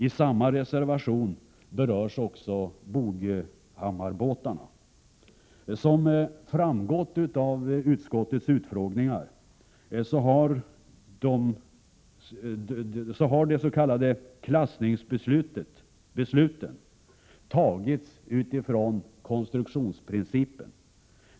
I samma reservation berörs också Boghammarbåtarna. Som framgått av utskottets utfrågningar har de s.k. klassningsbesluten tagits utifrån konstruktionsprincipen.